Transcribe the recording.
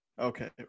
Okay